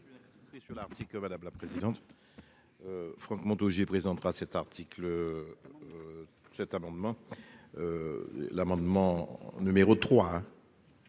le présenter. Sur l'article, madame la présidente. Franck Montaugé présentera cet article. Cet amendement. L'amendement numéro 3.